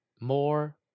more